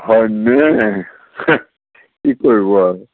হয়নে হে কি কৰিব আৰু